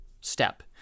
step